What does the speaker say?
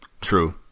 True